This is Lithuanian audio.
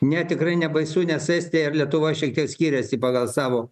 ne tikrai nebaisu nes estija ir lietuva šiek tiek skiriasi pagal savo